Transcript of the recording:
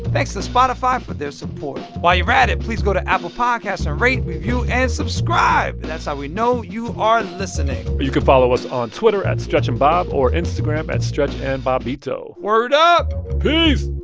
thanks to spotify for their support while you're at it, please go to apple podcasts and rate, review and subscribe. and that's how we know you are listening you can follow us on twitter at stretchandbob or instagram at stretchandbobbito word up peace